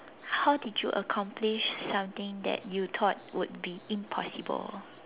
how did you accomplish something that you thought would be impossible